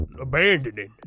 abandoning